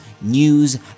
news